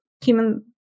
human